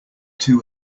two